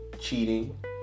cheating